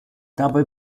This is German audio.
dabei